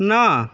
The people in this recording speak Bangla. না